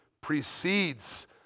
precedes